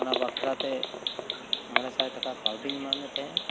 ᱚᱱᱟ ᱵᱟᱠᱷᱨᱟ ᱛᱮ ᱢᱚᱬᱮ ᱥᱟᱭ ᱴᱟᱠᱟ ᱠᱟᱹᱣᱰᱤᱧ ᱮᱢᱟᱜ ᱢᱮ ᱛᱟᱦᱮᱸᱜᱼᱟ